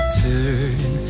turn